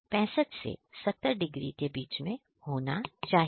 यह 65 70 डिग्री के बीच में होना चाहिए